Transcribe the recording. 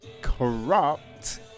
corrupt